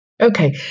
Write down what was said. Okay